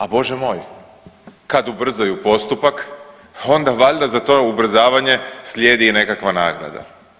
A bože moj, kad ubrzaju postupak onda valjda za to ubrzavanje slijedi i nekakva nagrada.